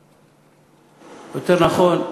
או יותר נכון: